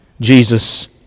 Jesus